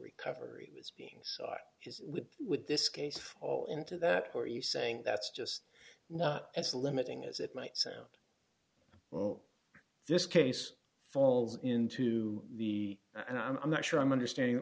recovery was beings with this case fall into that or you saying that's just not as limiting as it might sound well this case falls into the and i'm not sure i'm understanding